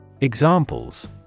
Examples